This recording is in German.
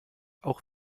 auch